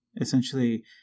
essentially